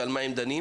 ועל מה הם דנים?